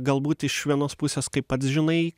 galbūt iš vienos pusės kai pats žinai